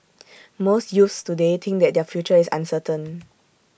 most youths today think that their future is uncertain